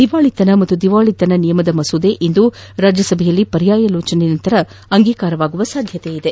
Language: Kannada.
ದಿವಾಳಿತನ ಮತ್ತು ದಿವಾಳಿತನದ ನಿಯಮ ಮಸೂದೆ ಇಂದು ರಾಜ್ಯ ಸಭೆಯಲ್ಲಿ ಪರ್ಯಾಲೋಚನೆ ನಂತರ ಅಂಗೀಕಾರವಾಗುವ ಸಾಧ್ಯತೆಯಿದೆ